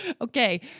Okay